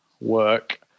work